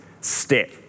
step